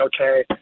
okay